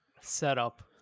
setup